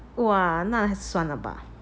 !wah! 那算了吧